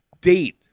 date